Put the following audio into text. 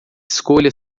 escolha